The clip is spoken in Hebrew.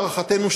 להערכתנו,